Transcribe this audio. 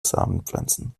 samenpflanzen